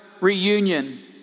reunion